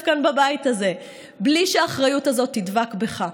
כאן בבית הזה בלי שהאחריות הזאת תדבק בך.